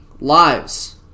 lives